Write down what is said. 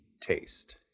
taste